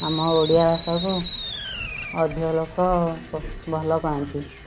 ଆମ ଓଡ଼ିଆ ଭାଷାକୁ ଅଧିକ ଲୋକ ଭଲପାଆନ୍ତି